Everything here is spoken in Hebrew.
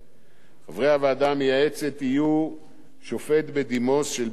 חברי הוועדה המייעצת יהיו שופט בדימוס של בית-המשפט העליון,